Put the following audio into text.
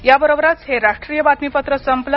याबरोबरच हे राष्ट्रीय बातमीपत्र संपलं